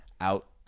out